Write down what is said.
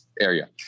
area